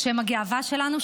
והם הגאווה שלנו,